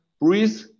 breathe